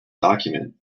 document